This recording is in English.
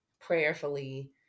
prayerfully